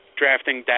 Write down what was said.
drafting